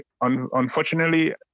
unfortunately